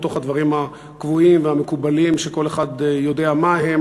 לתוך הדברים הקבועים והמקובלים שכל אחד יודע מה הם